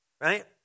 Right